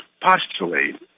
postulate